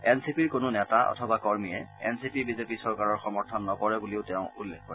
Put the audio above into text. N চি পিৰ কোনো নেতা অথবা কৰ্মীয়ে এন চি পি বিজেপি চৰকাৰৰ সমৰ্থন নকৰে বুলিও তেওঁ উল্লেখ কৰে